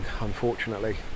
unfortunately